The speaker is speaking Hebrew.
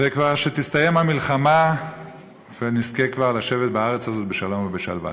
ושכבר תסתיים המלחמה ונזכה כבר לשבת בארץ הזאת בשלום ובשלווה.